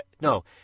no